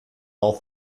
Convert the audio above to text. all